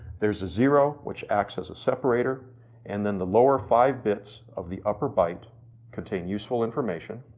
there is a zero which acts as a separator and then the lower five bits of the upper byte contain useful information,